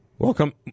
Welcome